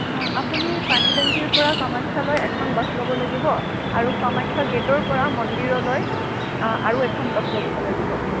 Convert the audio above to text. আপুনি পানী টেংকীৰপৰা কামাখ্যালৈ এখন বাছ ল'ব লাগিব আৰু কামাখ্যা গেটৰপৰা মন্দিৰলৈ আৰু এখন বাছ ল'বগৈ লাগিব